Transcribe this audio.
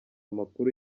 amakuru